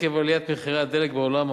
עקב עליית מחירי הדלק בעולם,